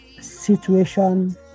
situation